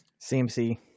CMC